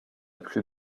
plus